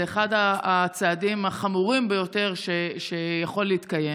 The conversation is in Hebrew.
אחד הצעדים החמורים ביותר שיכולים להתקיים.